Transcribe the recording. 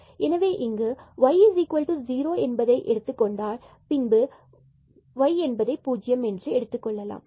இங்கு y0 என்பதை எடுத்துக்கொண்டால் பின்பு நாம் y0 என எடுத்துக்கொள்ளலாம்